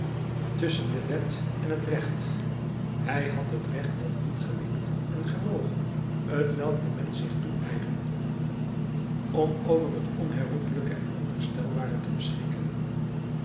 tusschen de wet en het recht hij had het recht nog niet gewikt en gewogen t welk de mensch zich toeëigent om over het onherroepelijke en onherstelbare te beschikken